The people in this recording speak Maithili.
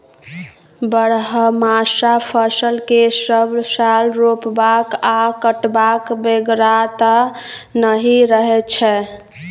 बरहमासा फसल केँ सब साल रोपबाक आ कटबाक बेगरता नहि रहै छै